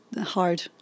hard